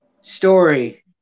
story